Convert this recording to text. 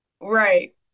Right